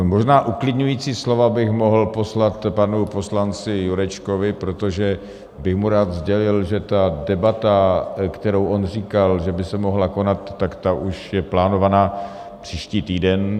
Možná uklidňující slova bych mohl poslat panu poslanci Jurečkovi, protože bych mu rád sdělil, že ta debata, o které on říkal, že by se mohla konat, ta už je plánovaná příští týden.